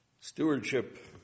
Stewardship